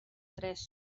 tres